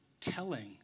telling